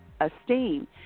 esteem